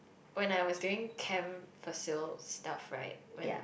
when I was doing camp facil stuff right when